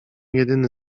jedyny